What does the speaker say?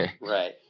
Right